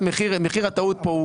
מחיר הטעות כאן,